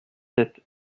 sept